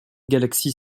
galaxies